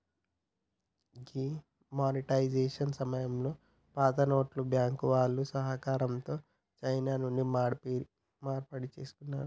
D monetisation సమయంలో పాతనోట్లను బ్యాంకుల వాళ్ళ సహకారంతో చానా మంది మార్పిడి చేసుకున్నారు